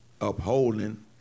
upholding